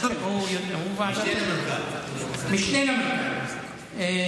משנה למנכ"ל.